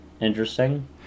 interesting